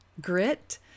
grit